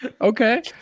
Okay